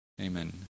Amen